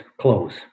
close